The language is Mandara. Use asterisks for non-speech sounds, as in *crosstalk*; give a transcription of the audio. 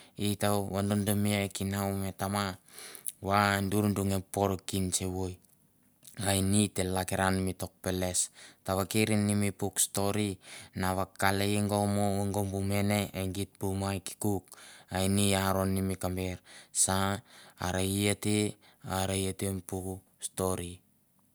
Ita vododome e kinau ma e tamau va dur dur nga por kinse voi. A ini ite lakiran mi tok peles. Tovaker ne mi puk stori na vakalia go mo e go bu mene, *unintelligible* bu mai kokou i aron ne mi kamber. Sa are i te are i te puk stori.